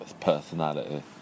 personality